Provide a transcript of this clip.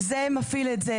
זה מפעיל את זה,